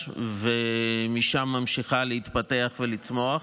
מחדש ומשם ממשיכה להתפתח ולצמוח,